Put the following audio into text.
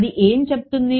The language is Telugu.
అది ఏమి చెప్తుంది